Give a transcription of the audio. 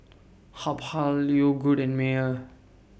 Habhal Yogood and Mayer